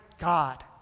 God